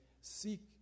seek